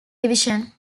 division